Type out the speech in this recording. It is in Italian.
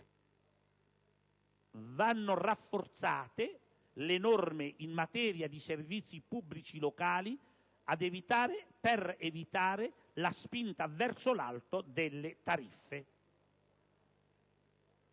vanno rafforzate le norme in materia di servizi pubblici locali per evitare la spinta verso l'alto delle tariffe.